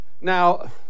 Now